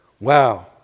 Wow